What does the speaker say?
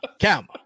come